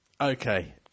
Okay